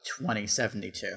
2072